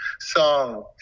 song